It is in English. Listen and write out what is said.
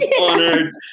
honored